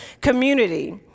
community